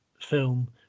film